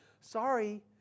Sorry